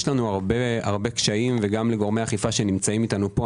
יש לנו הרבה קשיים וגם לגורמי האכיפה שנמצאים אתנו פה,